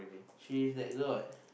she is that girl what